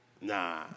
Nah